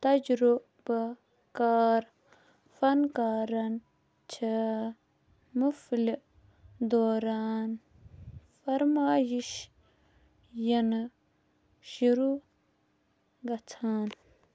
تجرُبہٕ کار فنکارَن چھے٘ مُفلہِ دوران فرمٲیش یِنہٕ شروٗع گژھان